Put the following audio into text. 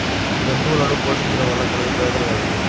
జంతువులను పోషించడం వల్ల కలిగే ప్రయోజనం ఏమిటీ?